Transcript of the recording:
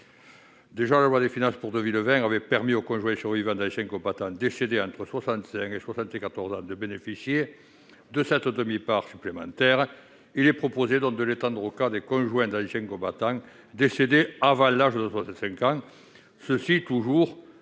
ans. La loi de finances pour 2020 avait déjà permis aux conjoints survivants d'anciens combattants décédés entre 65 et 74 ans de bénéficier de cette demi-part supplémentaire. Nous proposons d'étendre ce dispositif aux conjoints d'anciens combattants décédés avant l'âge de 65 ans, mais toujours